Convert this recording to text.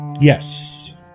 Yes